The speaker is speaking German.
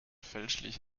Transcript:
fälschlich